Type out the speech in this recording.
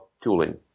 tooling